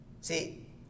See